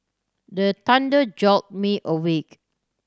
the thunder jolt me awake